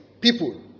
people